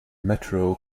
metro